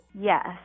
Yes